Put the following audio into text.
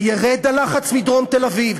וירד הלחץ מדרום תל-אביב,